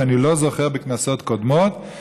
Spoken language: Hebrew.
שאני לא זוכר בכנסות קודמות,